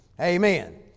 Amen